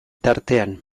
tartean